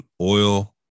oil